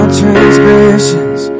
transgressions